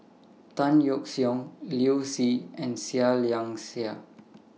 Tan Yeok Seong Liu Si and Seah Liang Seah